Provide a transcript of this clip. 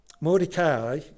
Mordecai